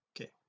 okay